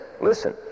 listen